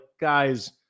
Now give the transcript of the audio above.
guys